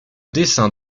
dessin